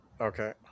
Okay